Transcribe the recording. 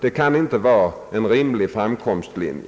Det kan inte vara en rimlig framkomstlinje.